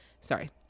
sorry